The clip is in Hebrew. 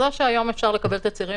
זה שהיום אפשר לקבל תצהירים,